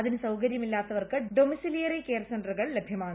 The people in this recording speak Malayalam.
അതിന് സൌകര്യമില്ലാത്തവർക്ക് ഡൊമിസിലിയറി കെയർസെന്റുകൾ ലഭ്യമാണ്